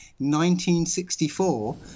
1964